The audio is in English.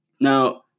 Now